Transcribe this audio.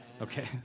Okay